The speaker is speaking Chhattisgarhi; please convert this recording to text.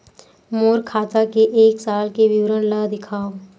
मोर खाता के एक साल के विवरण ल दिखाव?